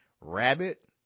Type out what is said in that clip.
rabbit